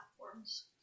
platforms